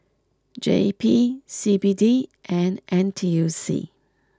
J P C B D and N T U C